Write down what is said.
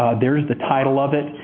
there is the title of it.